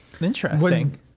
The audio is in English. Interesting